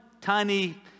tiny